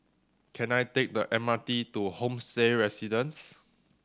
can I take the M R T to Homestay Residence